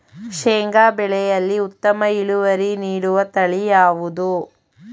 ಶೇಂಗಾ ಬೆಳೆಯಲ್ಲಿ ಉತ್ತಮ ಇಳುವರಿ ನೀಡುವ ತಳಿ ಯಾವುದು?